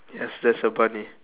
yes there's a bunny